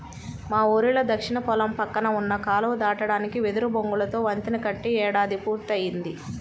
మా ఊరిలో దక్షిణ పొలం పక్కన ఉన్న కాలువ దాటడానికి వెదురు బొంగులతో వంతెన కట్టి ఏడాది పూర్తయ్యింది